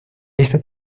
esta